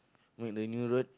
make the new road